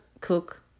cook